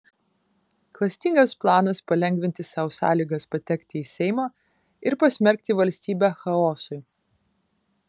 klastingas planas palengvinti sau sąlygas patekti į seimą ir pasmerkti valstybę chaosui